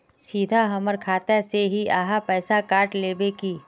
सीधा हमर खाता से ही आहाँ पैसा काट लेबे की?